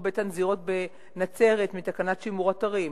בית-הנזירות בנצרת מתקנת שימור אתרים.